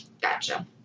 Gotcha